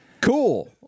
cool